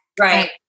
Right